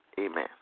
Amen